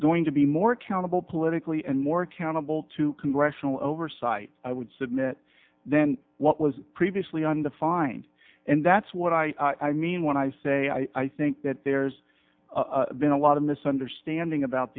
going to be more accountable politically and more accountable to congressional oversight i would submit then what was previously on the find and that's what i mean when i say i think that there's been a lot of misunderstanding about